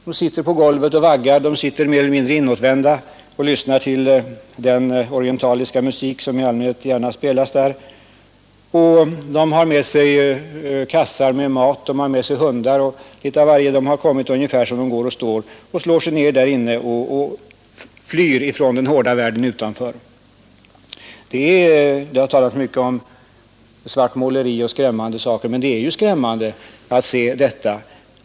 De sitter på golvet och vaggar, de sitter mer eller mindre inåtvända och lyssnar till den orientaliska musik som i allmänhet spelas där, några har med sig kassar med mat, några har med sig hundar och litet av varje — de har kommit dit ungefär som de går och står. De slår sig ner där och flyr från den hårda världen utanför. Här har talats mycket om svartmålningar och skrämmande skildringar, men det är ju skrämmande att se detta.